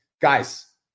Guys